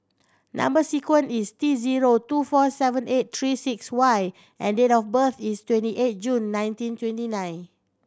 number sequence is T zero two four seven eight three six Y and date of birth is twenty eight June nineteen twenty nine